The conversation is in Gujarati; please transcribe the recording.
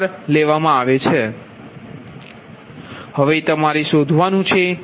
4 લેવામાં આવે છે